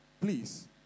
Please